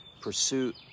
pursuit